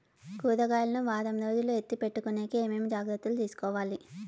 కూరగాయలు ను వారం రోజులు ఎత్తిపెట్టుకునేకి ఏమేమి జాగ్రత్తలు తీసుకొవాలి?